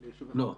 לא.